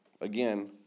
Again